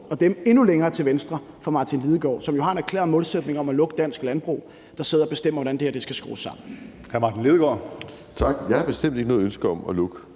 og dem endnu længere til venstre for Martin Lidegaard, som jo har en erklæret målsætning om at lukke dansk landbrug, der sidder og bestemmer, hvordan det her skal skrues sammen.